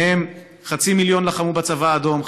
ומהם חצי מיליון לחמו בצבא האדום,